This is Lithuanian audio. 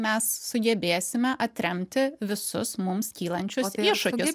mes sugebėsime atremti visus mums kylančius iššūkius